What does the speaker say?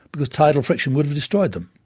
because tidal friction would have destroyed them.